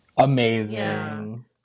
Amazing